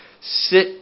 sit